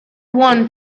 one